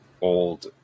old